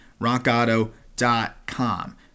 rockauto.com